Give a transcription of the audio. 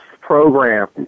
program